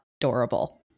adorable